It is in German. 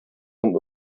und